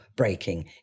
Breaking